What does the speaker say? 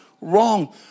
wrong